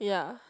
yea